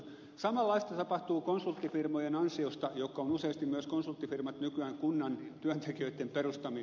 samanlaista tapahtuu konsulttifirmojen ansiosta jotka useasti ovat nykyään kunnan työntekijöitten perustamia